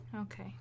Okay